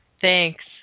Thanks